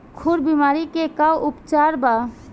खुर बीमारी के का उपचार बा?